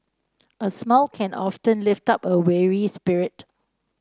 a smile can often lift up a weary spirit